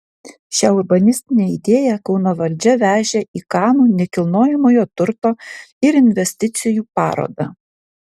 šią urbanistinę idėją kauno valdžia vežė į kanų nekilnojamojo turto ir investicijų parodą